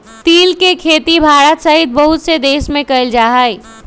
तिल के खेती भारत सहित बहुत से देश में कइल जाहई